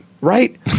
Right